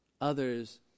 Others